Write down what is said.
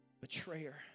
Betrayer